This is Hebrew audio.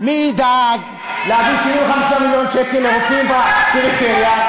מי דאג להעביר 75 מיליון שקל לנושאים בפריפריה?